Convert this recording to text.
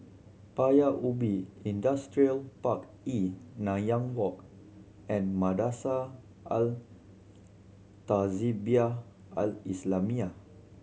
Paya Ubi Industrial Park E Nanyang Walk and Madrasah Al Tahzibiah Al Islamiah